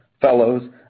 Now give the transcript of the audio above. fellows